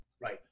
right